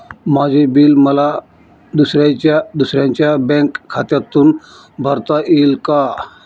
माझे बिल मला दुसऱ्यांच्या बँक खात्यातून भरता येईल का?